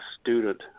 student